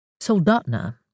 Soldatna